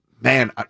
Man